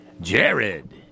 Jared